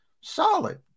solid